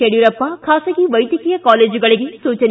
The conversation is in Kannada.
ಯಡಿಯೂರಪ್ಪ ಖಾಸಗಿ ವೈದ್ಯಕೀಯ ಕಾಲೇಜುಗಳಿಗೆ ಸೂಚನೆ